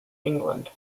england